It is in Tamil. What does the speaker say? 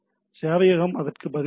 சேவையகம் அதற்கு பதிலளித்தது